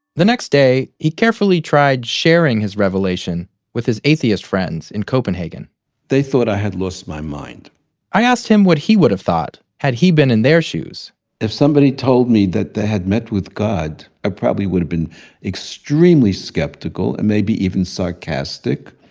the next day, he carefully tried sharing his revelation with his atheist friends in copenhagen they thought i had lost my mind i asked him what he would have thought, had he been in their shoes if somebody told me that they had met with god, i probably would have been extremely skeptical and maybe even sarcastic.